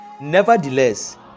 Nevertheless